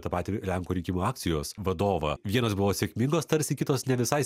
tą patį lenkų rinkimų akcijos vadovą vienos buvo sėkmingos tarsi kitos ne visai